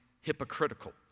hypocritical